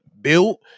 built